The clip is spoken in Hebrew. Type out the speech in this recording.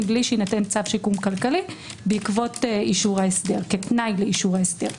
מבלי שיינתן צו שיקום כלכלי כתנאי לאישור ההסדר.